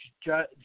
judge